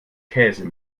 käse